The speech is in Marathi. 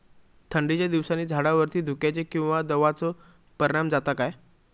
थंडीच्या दिवसानी झाडावरती धुक्याचे किंवा दवाचो परिणाम जाता काय?